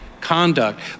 Conduct